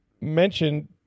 Mentioned